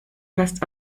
fast